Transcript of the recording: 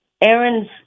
Aaron's